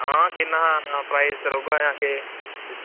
हां किन्नां हा प्राइस रौह्गा जां केह्